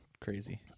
Crazy